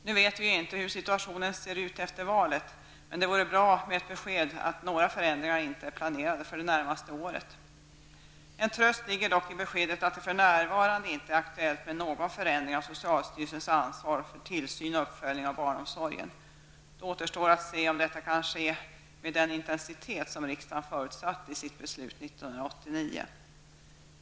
Nu vet vi ju inte hur situationen ser ut efter valet, men det vore bra med ett besked om att inga förändringar är planerade för det närmaste året. En tröst ligger dock i beskedet att det för närvarande inte är aktuellt med någon förändring av socialstyrelsens ansvar för tillsyn och uppföljning av barnomsorgen. Då återstår att se om detta kan ske med den intensitet som riksdagen förutsatte i sitt beslut 1989.